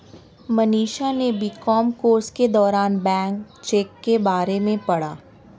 अमीषा ने B Com course के दौरान बैंक चेक के बारे में पढ़ा